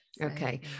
Okay